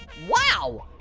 wow,